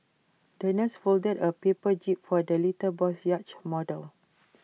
the nurse folded A paper jib for the little boy's yacht model